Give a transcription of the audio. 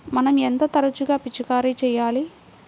మనం ఎంత తరచుగా పిచికారీ చేయాలి?